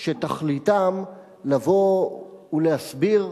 שתכליתן לבוא ולהסביר,